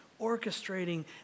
orchestrating